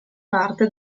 parte